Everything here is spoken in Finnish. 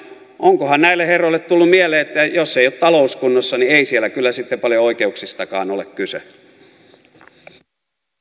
onkohan näille herroille tullut mieleen että jos ei ole talous kunnossa niin ei siellä kyllä sitten paljon oikeuksistakaan ole kyse